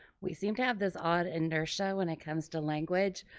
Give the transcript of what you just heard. we seem to have this odd inertia when it comes to language,